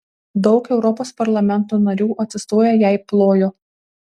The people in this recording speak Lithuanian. daug europos parlamento narių atsistoję jai plojo